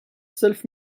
self